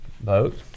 boat